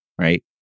right